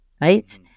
Right